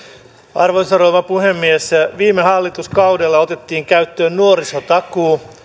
arvoisa rouva puhemies viime hallituskaudella otettiin käyttöön nuorisotakuu